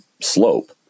slope